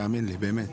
תאמין לי, באמת.